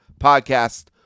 podcast